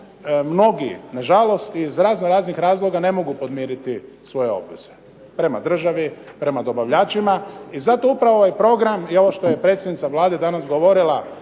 mnogi nažalost iz razno raznih razloga ne mogu podmiriti svoje obveze prema državi, prema dobavljačima i zato upravo ovaj program i ovo što je predsjednica Vlade danas govorila